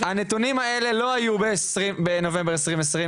--- הנתונים האלה לא היו בנובמבר 2020,